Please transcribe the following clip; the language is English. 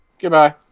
Goodbye